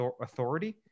authority